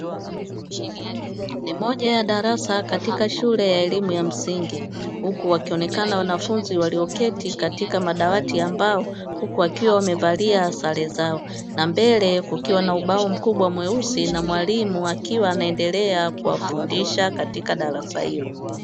Ni moja ya darasa katika shule ya elimu ya msingi, huku wakionekana wanafunzi walio keti katika madawati ya mbao huku wakiwa wamevalia sare zao, na mbele kukiwa na ubao mkubwa mweusi na mwalimu akiwa anaendelea kuwafundisha katika darasa hilo.